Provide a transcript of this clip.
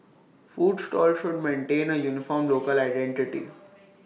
food stalls should maintain A uniform local identity